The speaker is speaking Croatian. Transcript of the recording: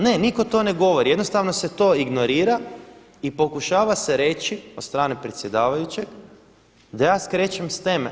Ne, nitko to ne govori jednostavno se to ignorira i pokušava se reći od strane predsjedavajućeg da ja skrećem s teme.